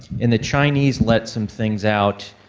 and the chinese let some things out.